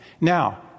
Now